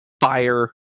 fire